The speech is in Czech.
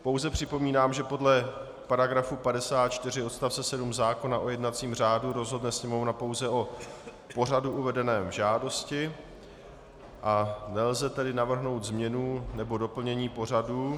Jen připomínám, že podle § 54 odst. 7 zákona o jednacím řádu rozhodne Sněmovna pouze o pořadu uvedeném v žádosti, a nelze tedy navrhnout změnu nebo doplnění pořadu.